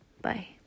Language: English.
Bye